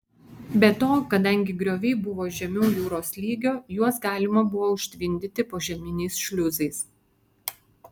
be to kadangi grioviai buvo žemiau jūros lygio juos galima buvo užtvindyti požeminiais šliuzais